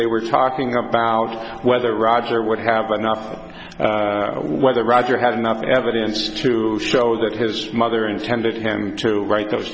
they were talking about whether roger would have enough or whether roger had enough evidence to show that his mother intended him to write those